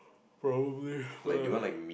probably but